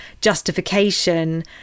justification